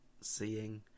seeing